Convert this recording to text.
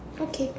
okay